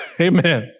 Amen